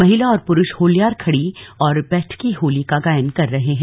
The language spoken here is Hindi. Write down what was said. महिला और पुरुष होल्यार खड़ी व बैठकी होली का गायन कर रहे हैं